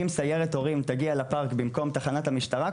אם סיירת הורים תגיע לפארק במקום תחנת המשטרה,